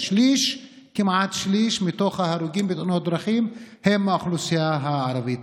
כמעט שליש מההרוגים בתאונות הדרכים הם מהאוכלוסייה הערבית.